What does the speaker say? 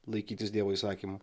laikytis dievo įsakymų